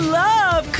love